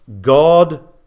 God